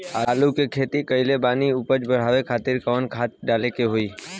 आलू के खेती कइले बानी उपज बढ़ावे खातिर कवन खाद डाले के होई?